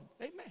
Amen